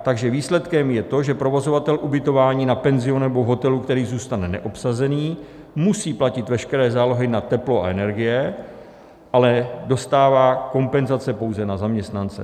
Takže výsledkem je to, že provozovatel ubytování na penzionu nebo hotelu, který zůstane neobsazený, musí platit veškeré zálohy na teplo a energie, ale dostává kompenzace pouze na zaměstnance.